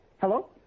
hello